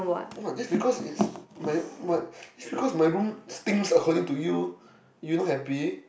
what just because its my my just because my room stinks because according to you you not happy